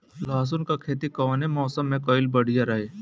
लहसुन क खेती कवने मौसम में कइल बढ़िया रही?